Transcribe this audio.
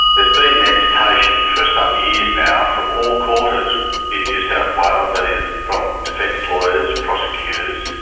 there's been agitation for some years now from all quarters in new south wales that is from defence lawyers, prosecutors,